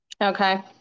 Okay